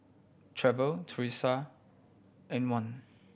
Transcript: Trevor Teresa Antwain